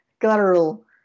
guttural